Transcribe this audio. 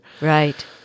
Right